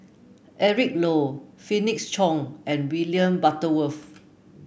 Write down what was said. Eric Low Felix Cheong and William Butterworth